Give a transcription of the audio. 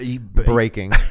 Breaking